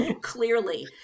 clearly